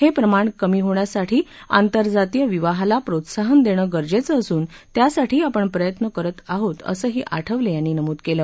हे प्रमाण कमी होण्यासाठी आंतरजातीय विवाहाला प्रोत्साहन देणं गरजेचं असून त्यासाठी आपण प्रयत्न करत आहे असंही आठवले यांनी नमूद केलं